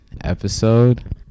episode